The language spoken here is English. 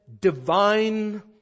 divine